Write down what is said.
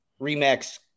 Remax